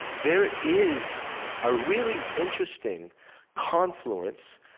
there is a really interesting confluence,